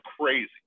crazy